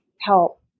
help